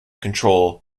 control